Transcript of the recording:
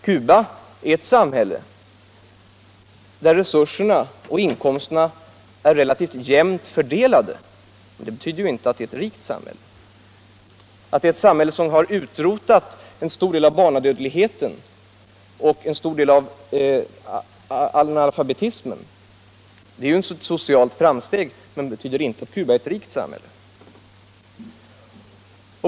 Cuba är ett samhälle där resurser och inkomster är relativt jämnt fördelade, men det betyder inte att Cuba är ett rikt samhälle. Att man på Cuba till stor del utrotat barnadödligheten och analfabetismen är ett stort socialt framsteg, men det betyder inte att Cuba är ett rikt samhälle.